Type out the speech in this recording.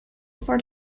for